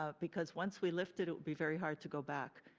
ah because once we lift it, it will be very hard to go back.